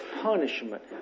punishment